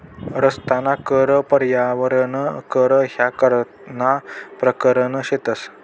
रस्ताना कर, पर्यावरण कर ह्या करना परकार शेतंस